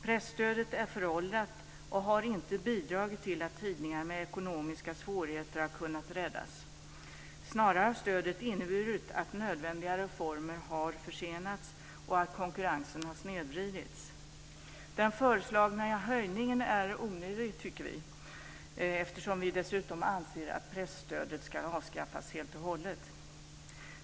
Presstödet är föråldrat och har inte bidragit till att tidningar med ekonomiska svårigheter har kunnat räddas. Snarare har stödet inneburit att nödvändiga reformer har försenats och att konkurrensen har snedvridits. Den föreslagna höjningen är onödig, tycker vi, eftersom vi dessutom anser att presstödet ska avskaffas helt och hållet.